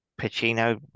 Pacino